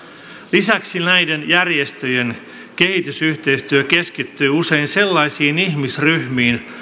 lisäksi näiden järjestöjen kehitysyhteistyö keskittyy usein sellaisiin ihmisryhmiin